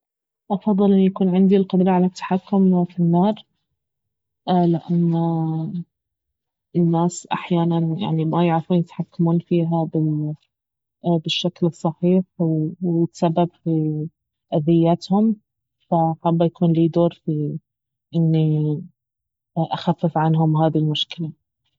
افضل اني يكون عندي القدرة على التحكم في النار لانه الناس أحيانا يعني ما يعرفون يتحكمون فيها بالشكل الصحيح وتتسبب في اذيتهم فحابة يكون لي دور في اني اخفف عنهم هذي المشكلة